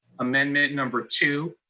amendment number two,